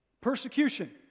Persecution